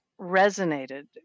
resonated